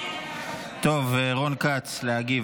טוב, רון כץ, להגיב,